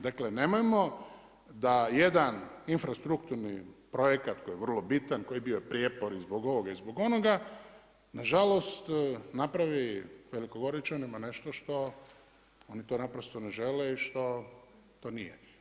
Dakle nemojmo da jedan infrastrukturni projekat koji je vrlo bitan koji je bio prijepor i zbog ovoga i zbog onoga, nažalost napravi Velikogoričanima nešto što oni to ne žele i što to nije.